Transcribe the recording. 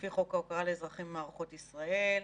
לפי חוק ההוקרה לאזרחים במערכות ישראל.